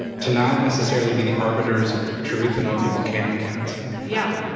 to not necessarily be the arbiters of truth and what people can and cannot say. yeah.